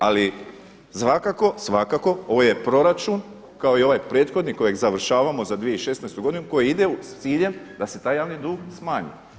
Ali svakako, svakako ovo je proračun kao i ovaj prethodni kojeg završavamo za 2016. godinu koji ide s ciljem da se taj javni dug smanji.